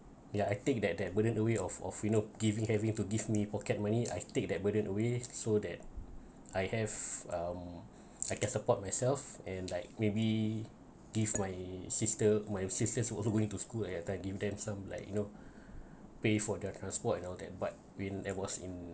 ya I take that that burden away of of you know giving having to give me pocket money I take that burden away so that I have um I can support myself and like maybe give my sister my sisters also going to school at that time giving them some like you know pay for their transport and all that but when I was in